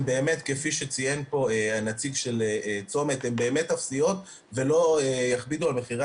באמת כפי שציין נציג 'צומת' אפסיות ולא יכבידו על מחירי